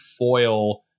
foil